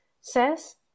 says